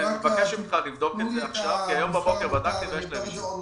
אני מבקש ממך לבדוק את זה עכשיו כי היום בבוקר בדקתי ויש להם אישור.